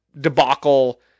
debacle